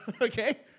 Okay